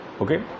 Okay